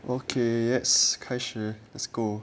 okay yes 开始 let's go